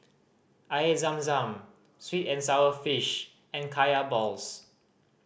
Air Zam Zam sweet and sour fish and Kaya balls